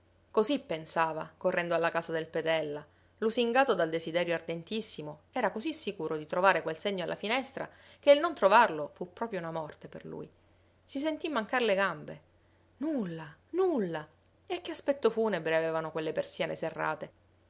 così pensava correndo alla casa del petella lusingato dal desiderio ardentissimo era così sicuro di trovare quel segno alla finestra che il non trovarlo fu proprio una morte per lui si sentì mancar le gambe nulla nulla e che aspetto funebre avevano quelle persiane serrate